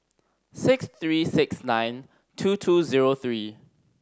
six three six nine two two zero three